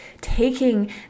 taking